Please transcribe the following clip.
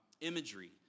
imagery